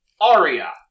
Aria